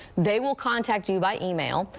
they will contact you by email.